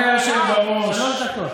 שלוש דקות.